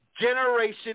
generation